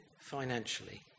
financially